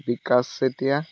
Bikash Chetia